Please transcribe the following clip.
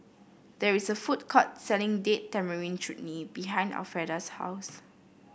there is a food court selling Date Tamarind Chutney behind Alfreda's house